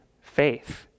faith